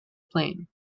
plain